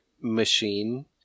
machine